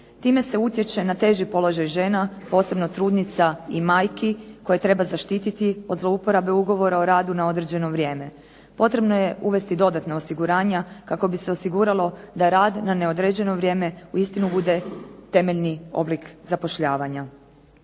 Time se utječe na teži položaj žena, posebno trudnica i majki koje treba zaštiti od zlouporabe ugovora o radu na određeno vrijeme. Potrebno je uvesti dodatna osiguranja kako bi se osiguralo da rad na neodređeno vrijeme uistinu bude temeljni oblik zapošljavanja.